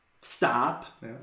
stop